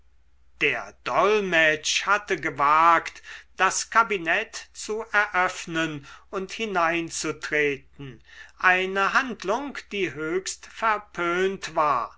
der dolmetsch hatte gewagt das kabinett zu eröffnen und hineinzutreten eine handlung die höchst verpönt war